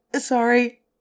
Sorry